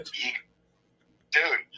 dude